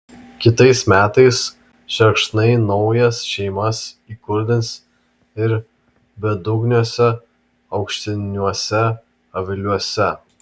kitais metais šerkšnai naujas šeimas įkurdins ir bedugniuose aukštiniuose aviliuose